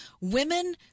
Women